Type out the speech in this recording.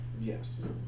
yes